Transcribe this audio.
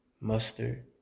Mustard